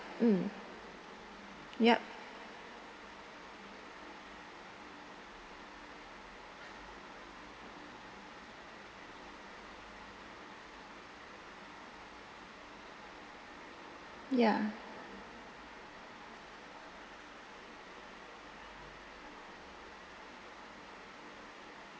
mm yup ya